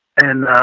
and,